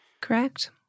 Correct